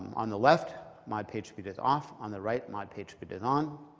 on the left mod pagespeed is off, on the right mod pagespeed is on.